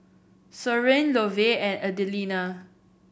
Soren Lovey and Adelina